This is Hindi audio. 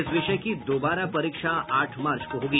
इस विषय की दोबारा परीक्षा आठ मार्च को होगी